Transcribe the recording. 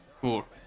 cool